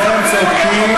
אתם פוחדים, אתם צודקים,